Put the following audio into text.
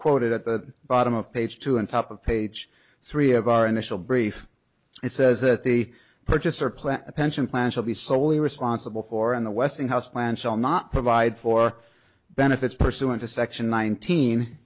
quoted at the bottom of page two and top of page three of our initial brief it says that the purchaser plan a pension plan should be solely responsible for and the westinghouse plants are not provide for benefits pursuant to section nineteen